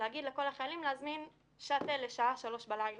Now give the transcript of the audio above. להגיד לכל החיילים להזמין שאטל לשעה 3:00'